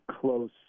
close